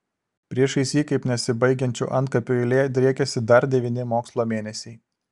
priešais jį kaip nesibaigiančių antkapių eilė driekėsi dar devyni mokslo mėnesiai